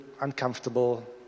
uncomfortable